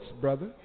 brother